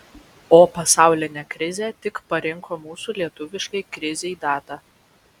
o pasaulinė krizė tik parinko mūsų lietuviškai krizei datą